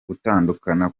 gutandukana